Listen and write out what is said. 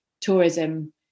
tourism